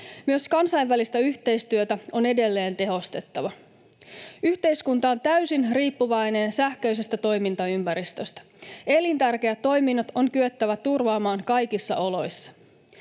Myös kansainvälistä yhteistyötä on edelleen tehostettava. Yhteiskunta on täysin riippuvainen sähköisestä toimintaympäristöstä. Elintärkeät toiminnot on kyettävä turvaamaan kaikissa oloissa.